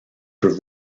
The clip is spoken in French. peut